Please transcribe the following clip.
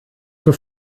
für